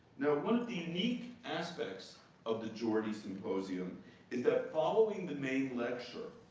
now one of the unique aspects of the jorde symposium is that following the main lecture,